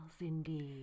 indeed